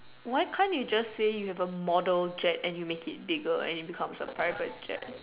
why can't you just say you have a model jet and you make it bigger and it becomes a firefighter jet